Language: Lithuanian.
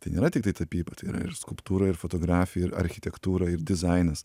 tai nėra tiktai tapyba tai yra ir skulptūra ir fotografija ir architektūra ir dizainas